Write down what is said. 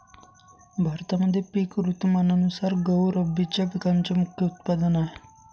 भारतामध्ये पिक ऋतुमानानुसार गहू रब्बीच्या पिकांचे मुख्य उत्पादन आहे